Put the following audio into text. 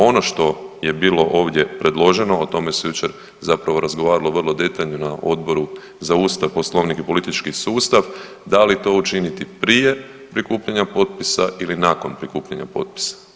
Ono što je bilo ovdje predloženo o tome se jučer zapravo razgovaralo vrlo detaljno na Odboru za Ustav, Poslovnik i politički sustav da li to učiniti prije prikupljanja potpisa ili nakon prikupljanja potpisa.